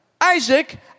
Isaac